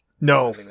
No